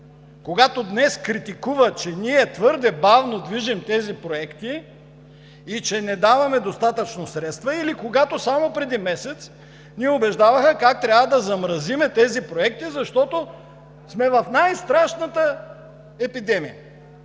когато днес критикува, че ние твърде бавно движим тези проекти и че не даваме достатъчно средства, или когато само преди месец ни убеждаваха как трябва да замразим тези проекти, защото сме в най-страшната епидемия,